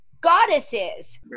Goddesses